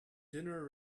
dinner